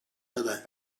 other